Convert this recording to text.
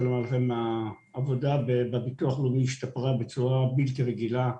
לציין שהעבודה בביטוח הלאומי השתפרה בצורה בלתי רגילה.